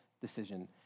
decision